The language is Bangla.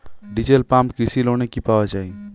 ডিজেল পাম্প কৃষি লোনে কি পাওয়া য়ায়?